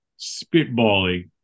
spitballing